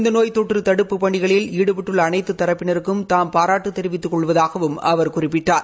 இந்த நோய் தொற்று தடுப்புப் பணிகளில் ஈடுபட்டுள்ள அனைத்து தரப்பினருக்கும் தாம் பாராட்டு தெரிவித்துக் கொள்வதாகவும் அவர் குறிப்பிட்டார்